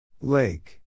Lake